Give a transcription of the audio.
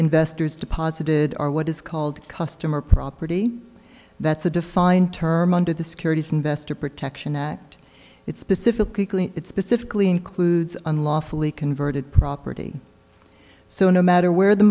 investors deposited are what is called customer property that's a defined term under the securities investor protection act it specifically it specifically includes unlawfully converted property so no matter where the